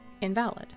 invalid